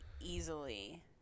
easily